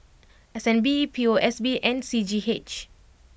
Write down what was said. S N B P O S B and C G H